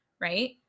right